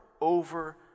over